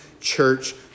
church